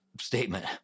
statement